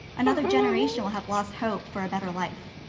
another generation will have lost hope for a better life,